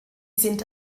sind